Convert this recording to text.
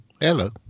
Hello